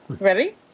ready